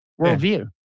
worldview